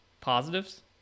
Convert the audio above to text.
positives